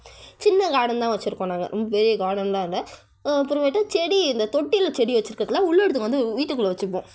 சின்ன கார்டன் தான் வச்சுருக்கோம் நாங்கள் ரொம்ப பெரிய கார்டனெலாம் இல்லை அப்புறமேட்டு செடி இந்த தொட்டியில் செடி வச்சுருக்குறதெல்லாம் உள்ள எடுத்துகிட்டு வந்து வீட்டுக்குள்ளே வச்சுப்போம்